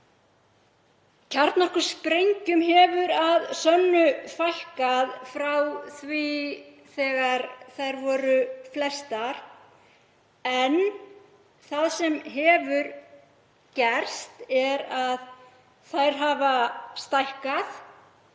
Kjarnorkusprengjum hefur að sönnu fækkað frá því þegar þær voru flestar. En það sem hefur gerst er að þær hafa stækkað